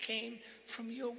came from you